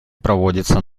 проводится